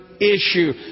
issue